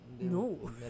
No